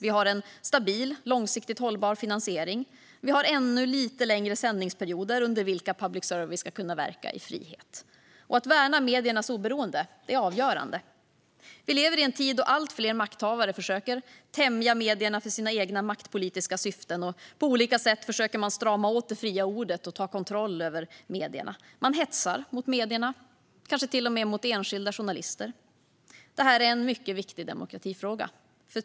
Vi har en stabil, långsiktigt hållbar finansiering. Vi har ännu lite längre sändningsperioder under vilka public service ska kunna verka i frihet. Att värna mediernas oberoende är avgörande. Vi lever i en tid då allt fler makthavare försöker tämja medierna för sina egna maktpolitiska syften. På olika sätt försöker man strama åt det fria ordet och ta kontroll över medierna. Man hetsar mot medierna och kanske till och med mot enskilda journalister. Det är en mycket viktig demokratifråga.